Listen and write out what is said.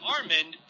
Armand